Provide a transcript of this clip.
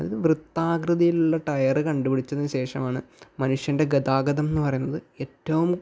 അതായത് വൃത്താകൃതിയിലുള്ള ടയർ കണ്ട് പിടിച്ചതിന് ശേഷമാണ് മനുഷ്യൻ്റെ ഗതാഗതം എന്ന് പറയുന്നത് ഏറ്റവും